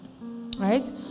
Right